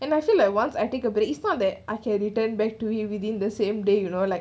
and I feel like once I take a break it's not like I can return back to within the same day you know like